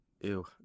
Ew